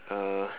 uh